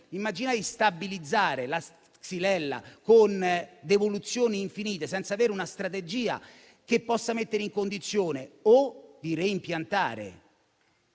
immaginare di stabilizzare la Xylella con devoluzioni infinite, senza avere una strategia che possa mettere in condizione o di reimpiantare